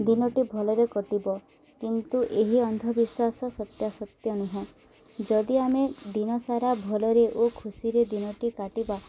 ଦିନଟି ଭଲରେ କଟିବ କିନ୍ତୁ ଏହି ଅନ୍ଧବିଶ୍ୱାସ ସତ୍ୟାସତ୍ୟ ନୁହେଁ ଯଦି ଆମେ ଦିନସାରା ଭଲରେ ଓ ଖୁସିରେ ଦିନଟି କାଟିବା